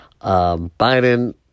Biden